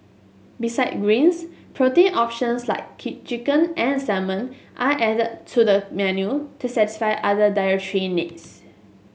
beside greens protein options like key chicken and salmon are added to the menu to satisfy other dietary needs